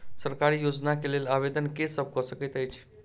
सरकारी योजना केँ लेल आवेदन केँ सब कऽ सकैत अछि?